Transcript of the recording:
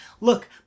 look